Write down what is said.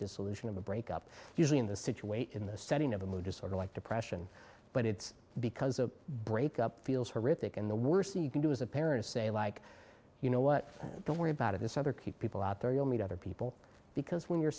dissolution of a breakup usually in the scituate in the setting of a mood disorder like depression but it's because a breakup feels horrific and the worst thing you can do as a parent to say like you know what don't worry about it this other keep people out there you'll meet other people because when you're